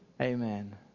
Amen